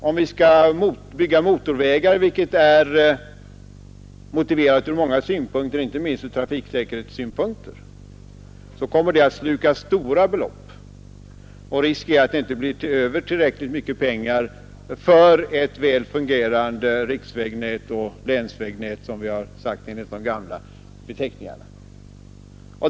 Om vi skall bygga motorvägar, vilket är motiverat ur många synpunkter, inte minst ur trafiksäkerhetssynpunkt, kommer det att sluka stora belopp, och risken är att det inte blir tillräckligt mycket pengar över för ett väl fungerande riksvägnät och länsvägnät, som det heter enligt de gamla beteckningarna.